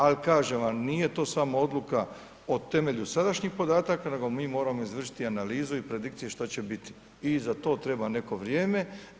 Ali kažem vam, nije to samo odluka o temelju sadašnjih podataka, nego mi moramo izvršiti analizu i predikciju što će biti i za to treba neko vrijeme.